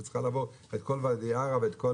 שצריכה לעבור את כל ואדי ערה ואת כל